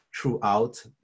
throughout